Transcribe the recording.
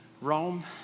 Rome